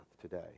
today